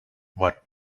what